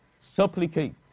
supplicate